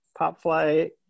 Popfly